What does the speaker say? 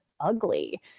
ugly